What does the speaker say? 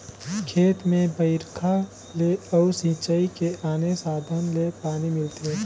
खेत में बइरखा ले अउ सिंचई के आने साधन ले पानी मिलथे